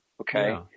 Okay